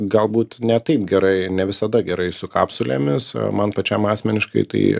galbūt ne taip gerai ne visada gerai su kapsulėmis man pačiam asmeniškai tai